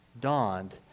dawned